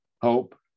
hope